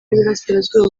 y’iburasirazuba